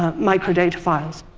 um microdata files.